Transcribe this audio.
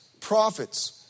prophets